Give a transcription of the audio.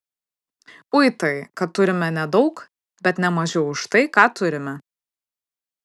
ui tai kad turime nedaug bet ne mažiau už tai ką turime